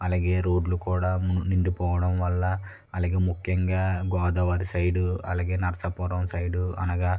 అలాగే రోడ్లు కూడా నిండిపోవడం వల్ల అలాగే ముఖ్యంగా గోదావరి సైడ్ అలాగే నర్సాపురం సైడ్ అనగా